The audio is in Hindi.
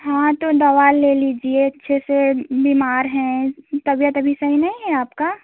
हाँ तो दवा ले लीजिए अच्छे से बीमार हैं तबियत अभी सही नहीं आपकी